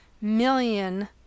million